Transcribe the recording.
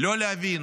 לא להבין,